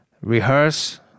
rehearse